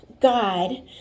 God